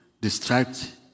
distract